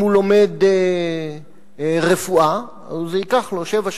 אם הוא לומד רפואה, זה ייקח לו שבע שנים,